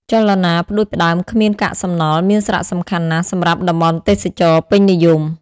ចលនាផ្តួចផ្តើមគ្មានកាកសំណល់មានសារៈសំខាន់ណាស់សម្រាប់តំបន់ទេសចរណ៍ពេញនិយម។